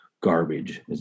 garbage